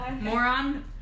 Moron